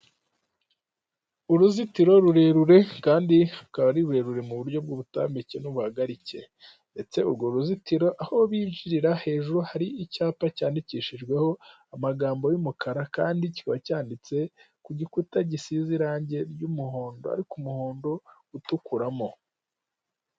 Uruzitiro rurerure, kandi rukaba ari rurerure mu buryo bw'ubutambike n'ubuhagarike, ndetse urwo ruzitiro aho binjirira hejuru hari icyapa cyandikishijweho amagambo y'umukara, kandi kiba cyanditse ku gikuta gisize irangi ry'umuhondo, ariko umuhondo utukuramo.